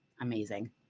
amazing